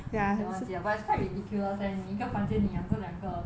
忘记了 but quite ridiculous that 你一个房间你养着两个东西